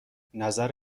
نظر